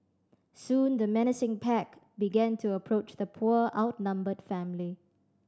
soon the menacing pack began to approach the poor outnumbered family